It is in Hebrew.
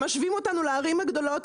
שמשווים אותנו לערים הגדולות.